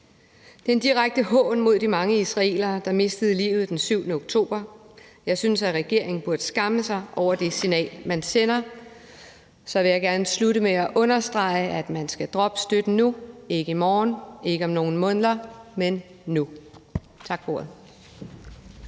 en direkte hån mod de mange israelere, der mistede livet den 7. oktober. Jeg synes, at regeringen burde skamme sig over det signal, man sender. Så vil jeg gerne slutte med at understrege, at man skal droppe støtten nu, ikke i morgen, ikke om nogle måneder, men nu. Tak for ordet.